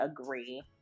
agree